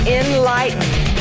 enlightened